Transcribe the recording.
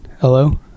Hello